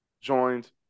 joined